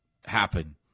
happen